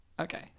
Okay